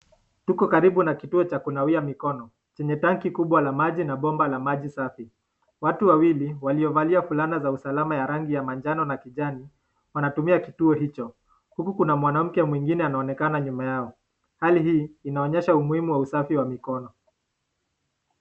Tuko karibu na kituo cha kunawia mikono chenye tanki kubwa la maji na bomba la maji safi . Watu wawili waliovalia fulana za usalama ya rangi ya manjano na kijani wanatumia kituo hicho, huku kuna mwanamke mwingine anaonekana nyuma yao. Hali hii inaonyesha umuhimu wa usafi wa mikono.